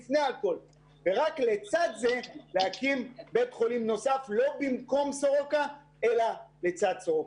ורק לצד זה להקים בית חולים נוסף לא במקום סורוקה אלא לצד סורוקה.